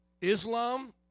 Islam